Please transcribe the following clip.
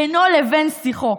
בינו לבן שיחו.